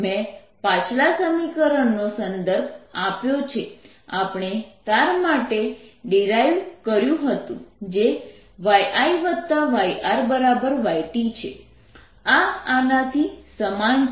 મેં પાછલા સમીકરણનો સંદર્ભ આપ્યો જે આપણે તાર માટે ડીરાઈવ કર્યું હતું જે yIyRyT છે આ આનાથી સમાન છે